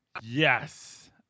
Yes